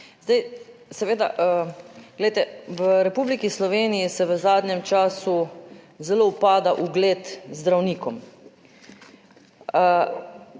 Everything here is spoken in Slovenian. Zdaj seveda glejte, v Republiki Sloveniji se v zadnjem času zelo upada ugled zdravnikom.